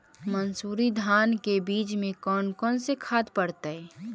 मंसूरी धान के बीज में कौन कौन से खाद पड़तै?